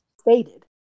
stated